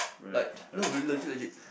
like no really legit legit